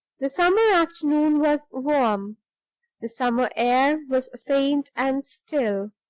the summer afternoon was warm the summer air was faint and still.